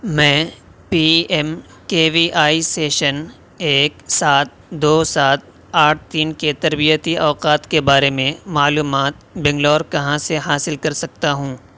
میں P M K V Y session ایک سات دو سات آٹھ تین کے تربیتی اوقات کے بارے میں معلومات بنگلور کہاں سے حاصل کر سکتا ہوں